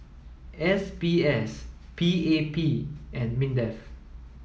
S B S P A P and MINDEF